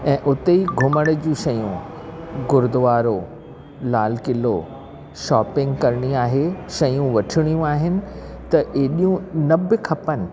ऐं उते ई घुमण जी शयूं गुरुद्वारो लाल क़िलो शॉपिंग करणी आहे शयूं वठणियूं आहिनि त एॾियूं न बि खपनि